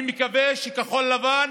אני מקווה שכחול לבן,